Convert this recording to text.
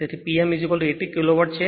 તેથી P m80 kilowatt છે